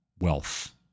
wealth